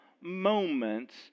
moments